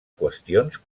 qüestions